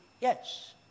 yes